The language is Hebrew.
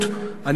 אני לא מבין.